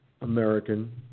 American